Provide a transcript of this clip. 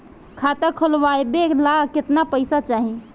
खाता खोलबे ला कितना पैसा चाही?